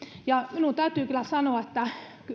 minun täytyy kyllä sanoa